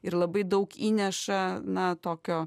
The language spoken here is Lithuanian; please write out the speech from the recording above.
ir labai daug įneša na tokio